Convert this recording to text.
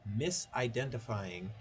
misidentifying